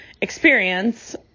experience